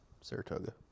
Saratoga